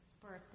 birthday